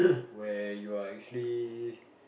where you are actually